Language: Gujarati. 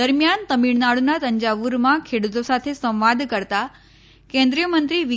દરમ્યાન તમીળનાડુના તંજાવુરમાં ખેડૂતો સાથે સંવાદ કરતા કેન્દ્રીય મંત્રી વી